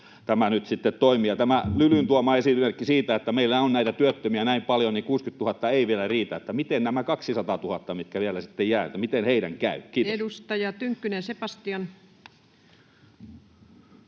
tämä nyt sitten toimii. Ja kun on tämä Lylyn tuoma esimerkki siitä, että meillä on näitä työttömiä näin paljon, niin 60 000 ei vielä riitä. Miten näiden 200 000:n, jotka vielä jäävät, sitten käy? — Kiitos. Edustaja Tynkkynen, Sebastian. Arvoisa